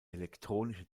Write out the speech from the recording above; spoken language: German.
elektronische